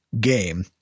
game